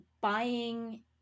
buying